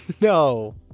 No